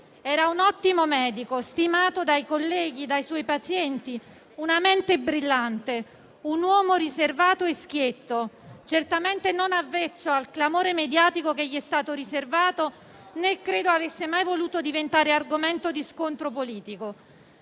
Era un ottimo medico, stimato dai colleghi, dai suoi pazienti, una mente brillante, un uomo riservato e schietto, certamente non avvezzo al clamore mediatico che gli è stato riservato, né credo avesse mai voluto diventare argomento di scontro politico.